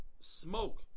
smoke